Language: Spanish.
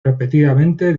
repetidamente